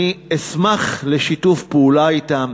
אני אשמח לשיתוף פעולה אתם.